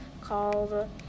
called